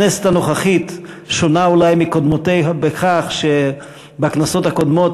הכנסת הנוכחית שונה אולי מקודמותיה בכך שבכנסות הקודמות